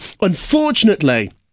Unfortunately